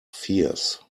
fierce